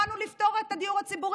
באנו לפתור את הדיור הציבורי.